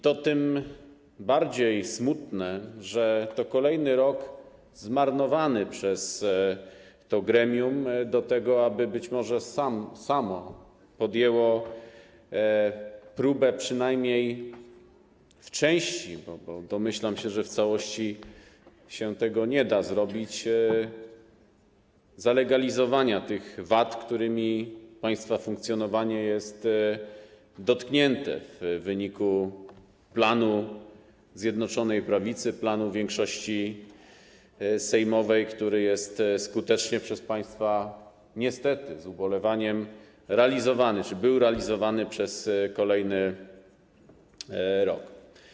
To jest tym bardziej smutne, że to kolejny rok zmarnowany przez to gremium na to, żeby być może samo podjęło próbę przynajmniej w części - bo domyślam się, że w całości nie da się tego zrobić - zalegalizowania tych wad, którymi państwa funkcjonowanie jest dotknięte w wyniku planu Zjednoczonej Prawicy, planu większości sejmowej, który jest skutecznie przez państwa - niestety, mówię to z ubolewaniem - realizowany czy był realizowany przez kolejny rok.